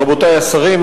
רבותי השרים,